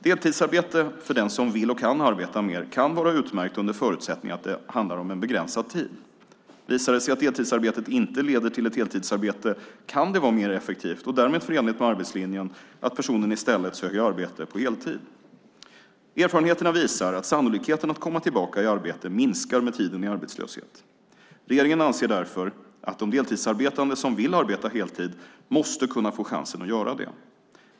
Deltidsarbete, för den som vill och kan arbeta mer, kan vara utmärkt under förutsättning att det handlar om en begränsad tid. Visar det sig att deltidsarbetet inte leder till ett heltidsarbete kan det vara mer effektivt, och därmed förenligt med arbetslinjen, att personen i stället söker arbete på heltid. Erfarenheten visar att sannolikheten att komma tillbaka i arbete minskar med tiden i arbetslöshet. Regeringen anser därför att de deltidsarbetande som vill arbeta heltid måste kunna få chansen att göra det.